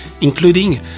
including